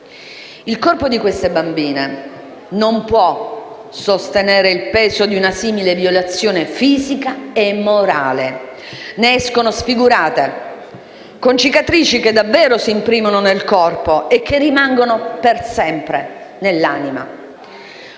Il corpo di queste bambine non può sostenere il peso di una simile violazione fisica e morale, in quanto esse ne escono sfigurate, con cicatrici che si imprimono davvero nel corpo e che rimangono per sempre nell'anima.